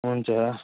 हुन्छ